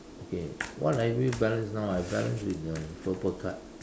okay what have you balanced now I balance with the purple card